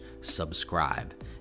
subscribe